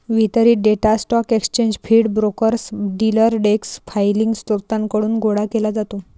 वितरित data stock exchange feed, brokers, dealer desk filing स्त्रोतांकडून गोळा केला जातो